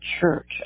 church